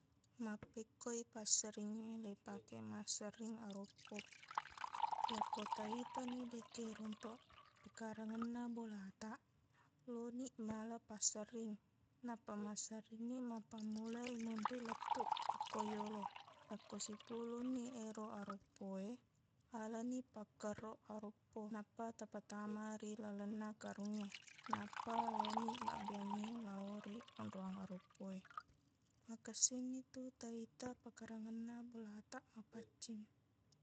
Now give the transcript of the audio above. Mappekkoi passerringnge leipake masserring aroppo yakko taitani dekke rontoq pekarengngenna bolataq loniq mala passerring nappa masserringngi mappammulai monri lettuq okko yolo akko sipulunni ero aroppo e alaniq pakkerroq aroppo nappa tapatama ri lalenna karungnge nappa loniq mabbeangngi lao ri onroang aroppo e makessinnitu taita pekarangenna bolataq mapaccing